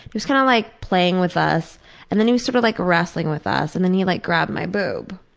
he was kind of like playing with us and then he was sort of like wrestling with us. and then, he like grabbed my boob.